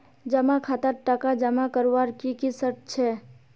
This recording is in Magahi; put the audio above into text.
जमा खातात टका जमा करवार की की शर्त छे?